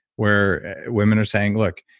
where women are saying, look,